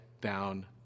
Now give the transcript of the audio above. down